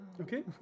Okay